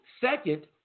second